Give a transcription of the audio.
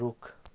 रुख